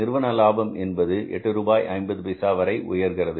நிறுவன லாபம் என்பது எட்டு ரூபாய் 50 பைசா உயர்கிறது